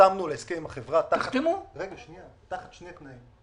חתמנו על ההסכם עם החברה תחת שני תנאים.